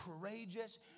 courageous